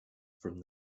from